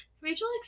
Rachel